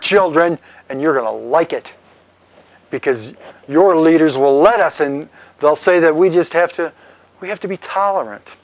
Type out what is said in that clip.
children and you're going to like it because your leaders will let us in they'll say that we just have to we have to be tolerant